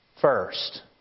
First